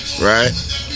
Right